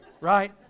Right